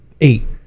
eight